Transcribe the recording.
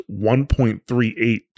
1.38